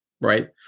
right